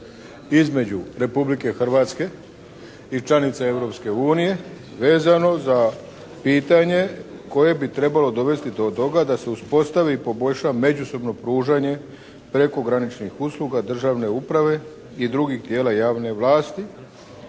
između Republike Hrvatske i članica Europske unije vezano za pitanje koje bi trebalo dovesti do toga da se uspostavi i poboljša međusobno pružanje prekograničnih usluga državne uprave i drugih tijela javne vlasti